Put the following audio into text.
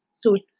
suit